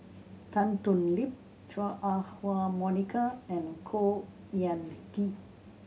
Tan Thoon Lip Chua Ah Huwa Monica and Khor Ean Ghee